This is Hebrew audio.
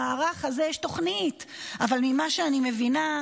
המערך הזה, יש תוכנית, אבל ממה שאני מבינה,